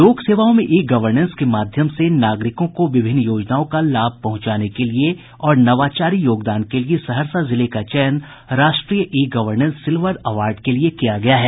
लोक सेवाओं में ई गवर्नेंस के माध्यम से नागरिकों को विभिन्न योजनाओं का लाभ पहुंचाने और नवाचारी योगदान के लिये सहरसा जिले का चयन राष्ट्रीय ई गवर्नेंस सिल्वर अवार्ड के लिये किया गया है